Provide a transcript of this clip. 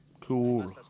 Cool